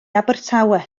abertawe